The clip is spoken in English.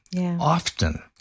often